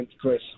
Chris